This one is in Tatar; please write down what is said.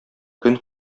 көн